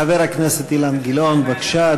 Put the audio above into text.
חבר הכנסת אילן גילאון, בבקשה,